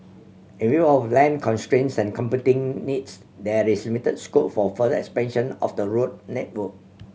in view of land constraint and competing needs there is limited scope for further expansion of the road network